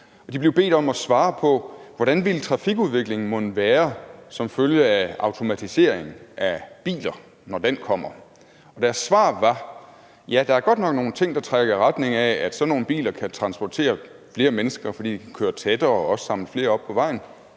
De blev bedt om at svare på, hvordan trafikudviklingen mon ville være som følge af automatiseringen af biler, når den kommer. Og deres svar var: Ja, der er godt nok nogle ting, der trækker i retning af, at sådan nogle biler kan transportere flere mennesker, fordi de kører tættere og også kan samle flere op på vejen,